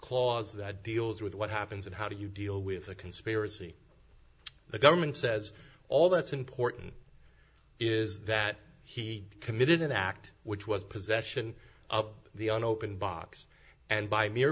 clause that deals with what happens and how do you deal with a conspiracy the government says all that's important is that he committed an act which was possession of the unopened box and by m